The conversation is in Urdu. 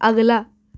اگلا